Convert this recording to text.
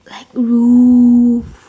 like roof